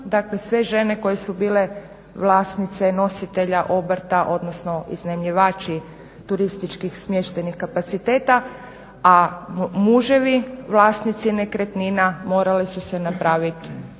dakle sve žene koje su bile vlasnice nositelja obrta odnosno iznajmljivači turističkih smještajnih kapaciteta, a muževi vlasnici nekretnina morali su se napraviti drugi